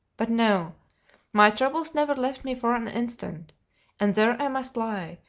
but no my troubles never left me for an instant and there i must lie,